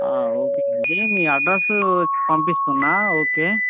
okay అండి మీ address పంపిస్తున్నాను ఓకే